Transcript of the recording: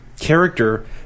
character